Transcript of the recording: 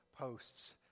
posts